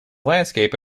landscape